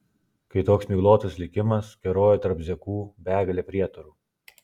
kai toks miglotas likimas keroja tarp zekų begalė prietarų